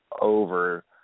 over